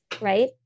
right